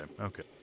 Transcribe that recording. Okay